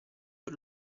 per